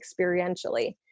experientially